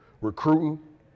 recruiting